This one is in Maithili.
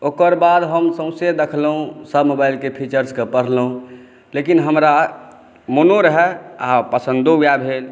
ओकर बाद हम सौंसे देखलहुँ सभ मोबाइलक फ़ीचर्सक पढलहुँ लेकिन हमरा मोनो रहय आ पसंदो वएह भेल